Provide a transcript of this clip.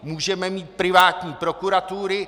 Můžeme mít privátní prokuratury.